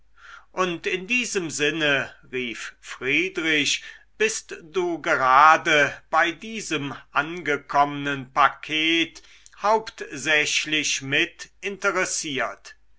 und in diesem sinne rief friedrich bist du gerade bei diesem angekommenen paket hauptsächlich mit interessiert